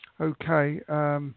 Okay